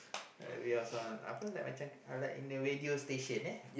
uh we was on apa like macam like in a radio station eh